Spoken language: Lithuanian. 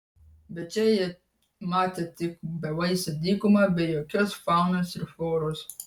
bet čia jie matė tik bevaisę dykumą be jokios faunos ir floros